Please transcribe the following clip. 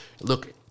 Look